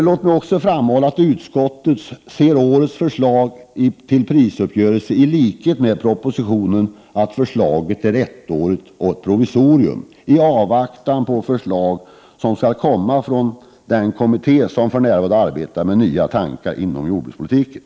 Låt mig också framhålla att utskottet i likhet med vad som framhålls i propositionen ser årets förslag till prisuppgörelse som ettårigt och som ett provisorium i avvaktan på förslag som skall komma från den kommitté som för närvarande arbetar med nya tankar inom jordbrukspolitiken.